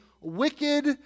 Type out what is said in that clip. wicked